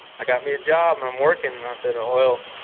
i got me a job, and i'm working. and i said, oil?